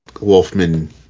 Wolfman